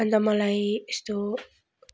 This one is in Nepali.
अन्त मलाई यस्तो